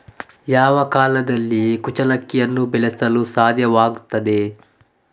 ಯಾವ ಕಾಲದಲ್ಲಿ ಕುಚ್ಚಲಕ್ಕಿಯನ್ನು ಬೆಳೆಸಲು ಸಾಧ್ಯವಾಗ್ತದೆ?